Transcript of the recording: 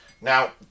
Now